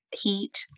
heat